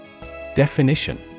Definition